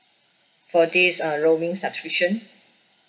for this uh roaming subscription